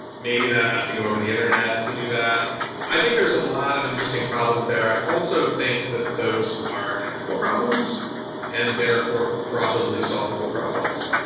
maybe that has to go over the internet to do that i think there's a lot of interesting problems there. i also think that those are technical problems and therefore probably solvable problems.